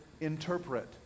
interpret